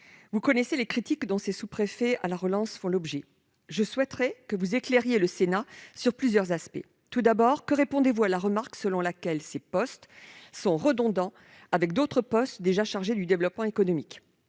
vous connaissez les critiques dont ces sous-préfets à la relance font l'objet. Je souhaite que vous éclairiez le Sénat sur plusieurs aspects. Tout d'abord, que répondez-vous à la remarque selon laquelle ces postes sont redondants avec d'autres postes déjà chargés du développement économique ?